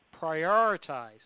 prioritize